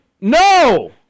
No